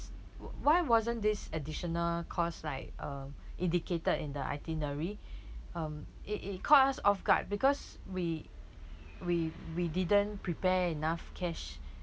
why wasn't this additional cost like uh indicated in the itinerary um it it caught us off guard because we we we didn't prepare enough cash